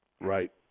Right